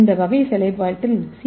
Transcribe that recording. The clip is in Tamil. இந்த வகை செயல்பாட்டில் சி